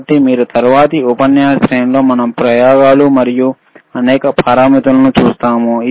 కాబట్టి తరువాతి ఉపన్యాస శ్రేణిలో మనం ప్రయోగాలు మరియు అనేక పారామితులను చూస్తాము